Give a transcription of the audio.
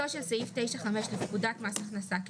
ואינו זכאי לפטור ממס לפי הוראות סעיף 9(5)(א) או (א1),